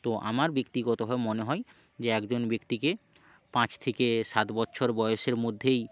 তো আমার ব্যক্তিগতভাবে মনে হয় যে একজন ব্যক্তিকে পাঁচ থেকে সাত বছর বয়সের মধ্যেই